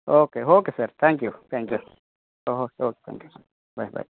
okay okay sir thank you thank you okay okay thank you sir bye bye